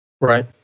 Right